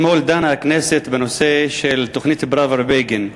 אתמול דנה הכנסת בנושא של תוכנית פראוור-בגין.